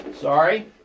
Sorry